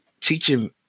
teaching